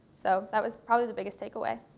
so that was probably the biggest takeaway.